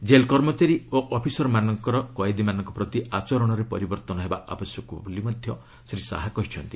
jail କର୍ମଚାରୀ ଓ officer ମାନଙ୍କର କଏଦୀମାନଙ୍କ ପ୍ରତି ଆଚରଣରେ ପରିବର୍ତ୍ତନ ହେବା ଆବଶ୍ୟକ ବୋଲି ମଧ୍ୟ ଶ୍ରୀ ଶାହା କହିଛନ୍ତି